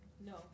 No